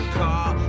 call